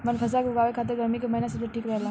बनफशा के उगावे खातिर गर्मी के महिना सबसे ठीक रहेला